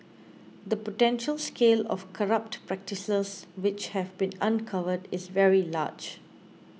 the potential scale of corrupt practices which have been uncovered is very large